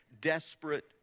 desperate